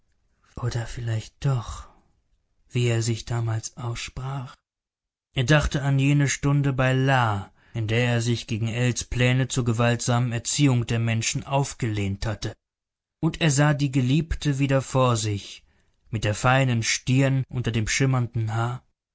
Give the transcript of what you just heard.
oder vielleicht doch wie er sich damals aussprach er dachte an jene stunde bei la in der er sich gegen ells pläne zur gewaltsamen erziehung der menschen aufgelehnt hatte und er sah die geliebte wieder vor sich mit der feinen stirn unter dem schimmernden haar